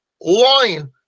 line